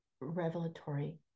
revelatory